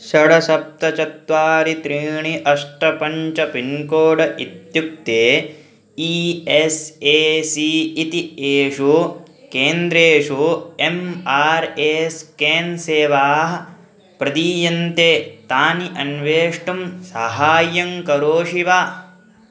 षट् सप्त चत्वारि त्रीणि अष्ट पञ्च पिन्कोड् इत्युक्ते ई एस् ए सी इति येषु केन्द्रेषु एम् आर् ए स्केन् सेवाः प्रदीयन्ते तानि अन्वेष्टुं साहाय्यं करोषि वा